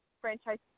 franchise